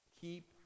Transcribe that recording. keep